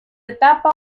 etapa